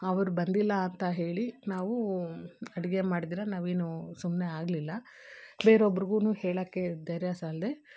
ಅವರು ಬಂದಿಲ್ಲ ಅಂತ ಹೇಳಿ ನಾವು ಅಡಿಗೆ ಮಾಡದಿರ ನಾವೇನು ಸುಮ್ಮನೆ ಆಗಲಿಲ್ಲ ಬೇರೆಬ್ರುಗು ಹೇಳಕ್ಕೆ ಧೈರ್ಯ ಸಾಲದೆ